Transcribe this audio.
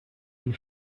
die